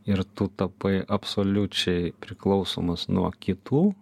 ir tu tapai absoliučiai priklausomas nuo kitų